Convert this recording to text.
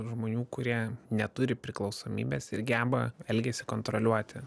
žmonių kurie neturi priklausomybės ir geba elgesį kontroliuoti